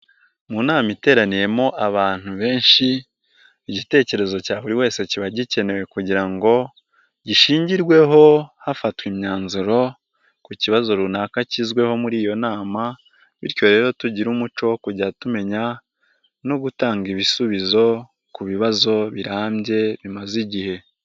Mu nama iteraniyemo abantu benshi, igitekerezo cya buri wese kiba gikenewe kugira ngo gishingirweho hafatwa imyanzuro ku kibazo runaka kizweho muri iyo nama, bityo rero tugire umuco wo kujya tumenya no gutanga ibisubizo ku bibazo birambye, bimaze igihe.